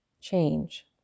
change